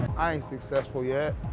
i ain't successful yet.